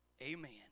amen